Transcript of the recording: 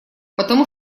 потому